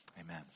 amen